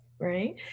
right